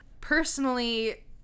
personally